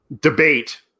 debate